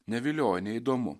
nevilioja neįdomu